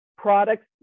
products